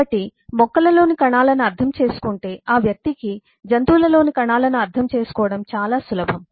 కాబట్టి మొక్కలలోని కణాలను అర్థం చేసుకుంటే ఆ వ్యక్తికి జంతువులలోని కణాలను అర్థం చేసుకోవడం చాలా సులభం